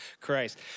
Christ